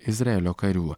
izraelio karių